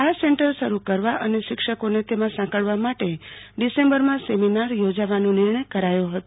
આ સેન્ટર શરૂ કરવા અને શિક્ષકોને તેમાં સાંકળવા માટે ડિસેમ્બરમાં સેમિનાર યોજવાનો નિર્ણય કરાયો હતો